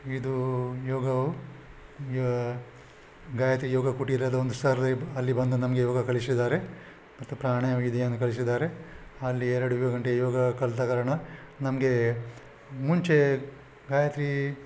ಇದು ಯೋಗವು ಯ ಗಾಯತ್ರಿ ಯೋಗ ಕುಟೀರದ ಒಂದು ಸರ್ರೆ ಬ್ ಅಲ್ಲಿ ಬಂದು ನಮಗೆ ಯೋಗ ಕಲಿಸಿದ್ದಾರೆ ಮತ್ತೆ ಪ್ರಾಣಾಯಾಮ ವಿಧಿಯನ್ನು ಕಲಿಸಿದ್ದಾರೆ ಅಲ್ಲಿ ಎರಡು ಎರಡು ಗಂಟೆ ಯೋಗ ಕಲಿತ ಕಾರಣ ನಮಗೆ ಮುಂಚೆ ಗಾಯತ್ರಿ